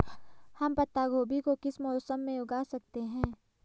हम पत्ता गोभी को किस मौसम में उगा सकते हैं?